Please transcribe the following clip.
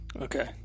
okay